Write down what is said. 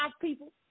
people